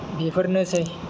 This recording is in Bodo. बेफोरनोसै